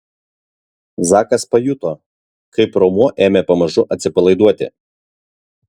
zakas pajuto kaip raumuo ėmė pamažu atsipalaiduoti